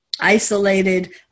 isolated